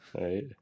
Right